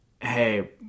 hey